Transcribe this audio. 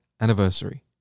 anniversary